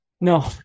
No